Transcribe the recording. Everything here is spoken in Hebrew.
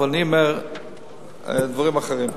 אבל אני אומר "דברים אחרים":